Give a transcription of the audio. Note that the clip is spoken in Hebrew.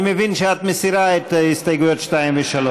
אני מבין שאת מסירה את הסתייגויות 2 ו-3.